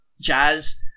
jazz